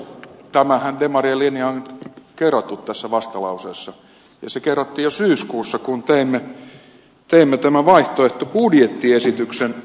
tämä demarien linjahan on kerrottu tässä vastalauseessa ja se kerrottiin jo syyskuussa kun teimme tämän vaihtoehtobudjettiesityksen